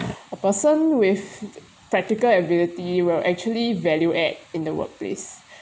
a person with practical ability will actually value add in the workplace